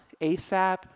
Asap